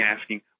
asking